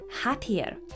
happier